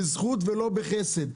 בזכות ולא בחסד.